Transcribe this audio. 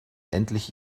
endlich